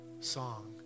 song